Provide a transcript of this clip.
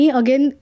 again